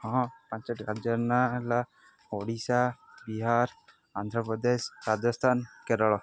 ହଁ ପାଞ୍ଚଟି ରାଜ୍ୟର ନାଁ ହେଲା ଓଡ଼ିଶା ବିହାର ଆନ୍ଧ୍ରପ୍ରଦେଶ ରାଜସ୍ଥାନ କେରଳ